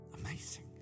Amazing